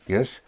Yes